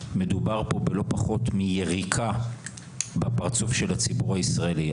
מדובר פה בלא פחות מיריקה בפרצוף של הציבור הישראלי.